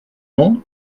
monde